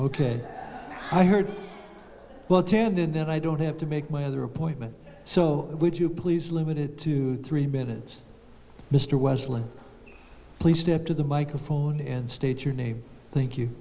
ok i heard well then i don't have to make my other appointment so would you please limit it to three minutes mr wesley please step to the microphone and state your name thank you